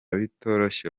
bitoroshye